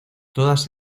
todas